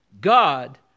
God